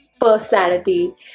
personality